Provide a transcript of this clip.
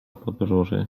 podróży